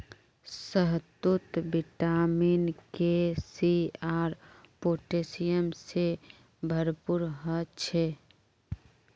शहतूत vitamin K, C आर potassium से भरपूर ह छे